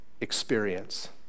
experience